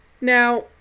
Now